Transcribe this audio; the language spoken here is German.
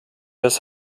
das